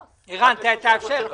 עסקים.